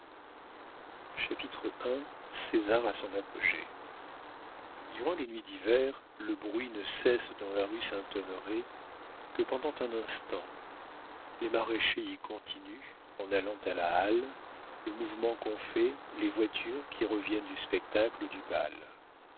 balzac i césar a son apogée durant les nuits d'hiver le bruit ne cesse dans la rue saint-honoré que pendant un instant les maraîchers y continuent en allant à la halle le mouvement qu'ont fait les voitures qui reviennent du spectacle ou du bal